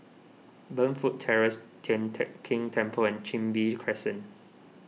Burnfoot Terrace Tian Teck Keng Temple and Chin Bee Crescent